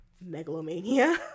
megalomania